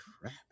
crap